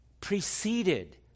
preceded